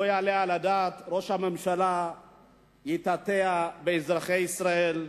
לא יעלה על הדעת שראש הממשלה יתעתע באזרחי ישראל,